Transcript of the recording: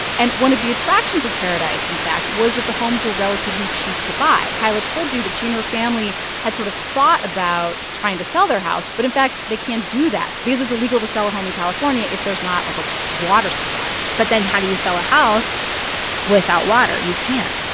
and one of the attractions of paradise, in fact, was that the homes were relatively cheap to buy kyla told you that she and her family had sort of thought about trying to sell their house, but, in fact, they can't do that because it's illegal to sell a home in california if there's not, like, a water supply but then how do you sell a house without water? you can't.